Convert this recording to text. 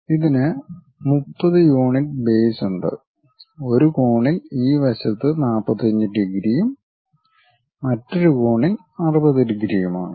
ഇതിന് 30 unit base ഉണ്ട് ഒരു കോണിൽ ഈ വശത്ത് 45 ഡിഗ്രിയും മറ്റൊരു കോണിൽ 60 ഡിഗ്രിയുമാണ്